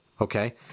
okay